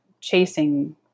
chasing